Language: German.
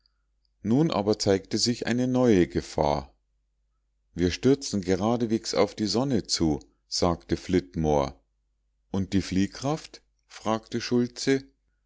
nun aber zeigte sich eine neue gefahr wir stürzen geradewegs auf die sonne zu sagte flitmore und die fliehkraft fragte schultze